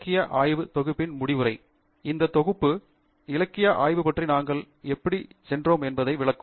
இந்த தொகுப்பு இலக்கிய ஆய்வு பற்றி நாங்கள் எப்படிச் சென்றோம் என்பதை விளக்கும்